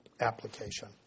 application